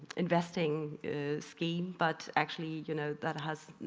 investing scheme, but actually you know that has,